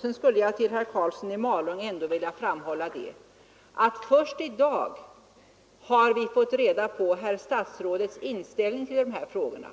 Sedan skulle jag för herr Karlsson i Malung ändå vilja framhålla att vi först i dag har fått reda på statsrådets inställning till dessa frågor.